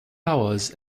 hours